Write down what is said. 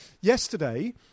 Yesterday